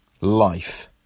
life